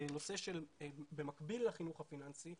במקביל לחינוך הפיננסי,